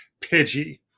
Pidgey